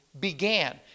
began